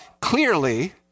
clearly